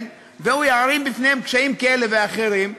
והוא יערים בפניהם קשיים כאלה ואחרים,